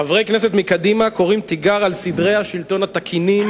חברי כנסת מקדימה קוראים תיגר על סדרי השלטון התקינים,